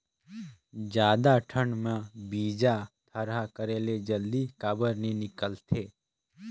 जादा ठंडा म बीजा थरहा करे से जल्दी काबर नी निकलथे?